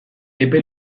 epe